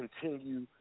continue